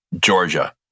Georgia